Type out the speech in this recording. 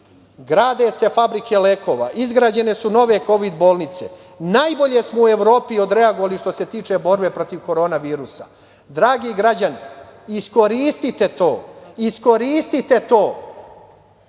grade se fabrike lekova, izgrađene su nove kovid bolnice, najbolje smo u Evropi odreagovali što se tiče borbe protiv korona virusa. Dragi građani iskoristite to, iskoristite to